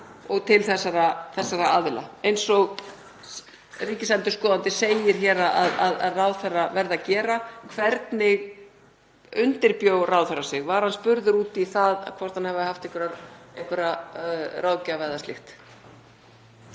117 til þessara aðila, eins og ríkisendurskoðandi segir hér að ráðherra verði að gera? Hvernig undirbjó ráðherra sig? Var hann spurður út í það hvort hann hefði haft einhverja ráðgjafa eða slíkt?